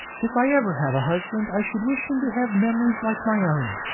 if i ever have a husband i should wish him to have memories like my own.